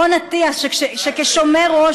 היא עושה את זה נהדר.